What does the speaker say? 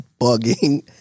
bugging